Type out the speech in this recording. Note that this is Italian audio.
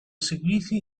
seguiti